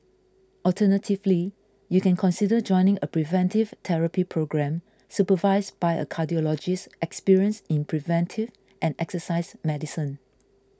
alternatively you can consider joining a preventive therapy programme supervised by a cardiologist experienced in preventive and exercise medicine